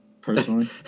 personally